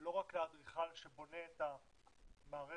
לא רק לאדריכל שבונה את המערכת,